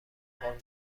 قرمه